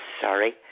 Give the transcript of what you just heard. sorry